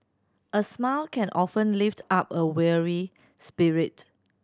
a smile can often lift up a weary spirit